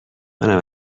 منم